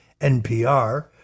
npr